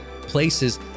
places